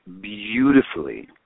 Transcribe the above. beautifully